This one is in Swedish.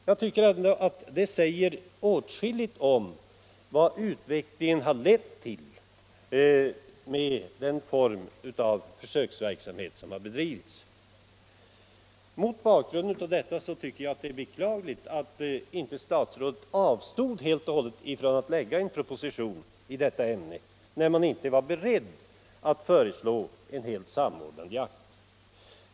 Jag tycker ändå att det säger åtskilligt om vilken utveckling det har blivit med den form av försöksverksamhet som har bedrivits. Mot bakgrund av detta tycker jag det är beklagligt att inte statsrådet helt och hållet avstod från att lägga fram en proposition i detta ämne, när man inte var beredd att föreslå en helt samordnad jakt.